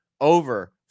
over